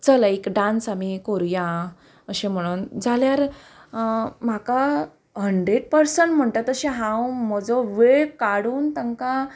चल एक डान्स आमी कोरुया अशें म्हणून जाल्यार म्हाका हंड्रेड पर्संट म्हणटा तशें हांव म्हजो वेळ काडून तांकां